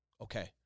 Okay